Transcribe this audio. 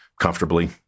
comfortably